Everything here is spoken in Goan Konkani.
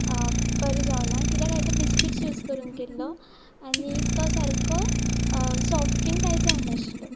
बरें जावना कित्याक हांवें तो बिस्किट्स यूज करूंक केल्लो आनी तो सारको सॉफ्टवींग कांय जावं नाशिल्लो